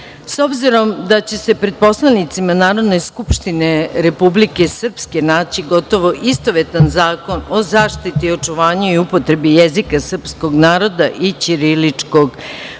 obzirom da će se pred poslanicima Narodne skupštine Republike Srpske naći gotovo istovetan Zakon o zaštiti, očuvanju i upotrebi jezika srpskog naroda i ćiriličkog pisma